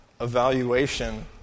evaluation